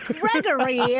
Gregory